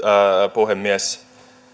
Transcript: puhemies